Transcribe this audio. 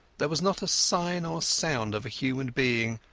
there was not a sign or sound of a human being,